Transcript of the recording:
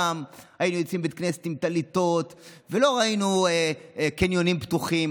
פעם היינו יוצאים מבית כנסת עם טליתות ולא ראינו קניונים פתוחים.